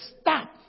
stop